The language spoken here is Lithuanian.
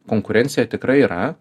konkurencija tikrai yra